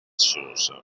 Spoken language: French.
chose